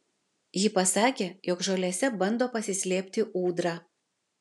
ji pasakė jog žolėse bando pasislėpti ūdra